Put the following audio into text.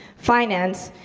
finance,